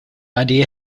idea